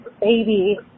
baby